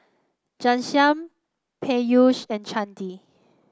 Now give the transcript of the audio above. Ghanshyam Peyush and Chandi